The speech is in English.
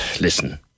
listen